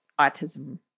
autism